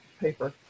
paper